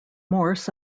morse